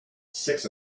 six